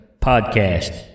podcast